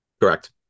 Correct